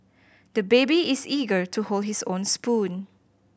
the baby is eager to hold his own spoon